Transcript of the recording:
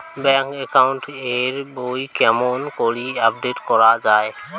Bank account এর বই কেমন করি আপডেট করা য়ায়?